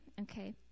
Okay